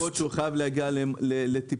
הנהג חייב להגיע לטיפול.